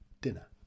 dinner